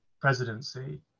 presidency